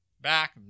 back